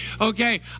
Okay